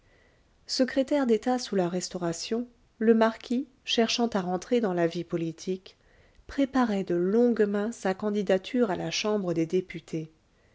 secrétaire d'état sous la restauration le marquis cherchant à rentrer dans la vie politique préparait de longue main sa candidature à la chambre des députés